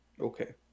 Okay